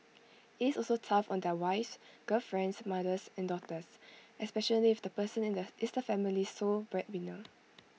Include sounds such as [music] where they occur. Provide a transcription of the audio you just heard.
IT is also tough on their wives girlfriends mothers and daughters especially if the person in the is the family's sole breadwinner [noise]